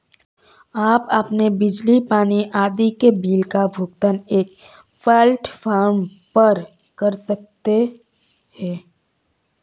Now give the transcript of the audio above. आप अपने बिजली, पानी आदि के बिल का भुगतान एक प्लेटफॉर्म पर कर सकते हैं